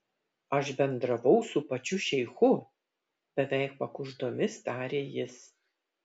aš bendravau su pačiu šeichu beveik pakuždomis tarė jis